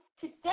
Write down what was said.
today